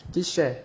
please share